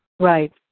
Right